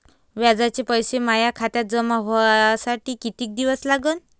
व्याजाचे पैसे माया खात्यात जमा व्हासाठी कितीक दिवस लागन?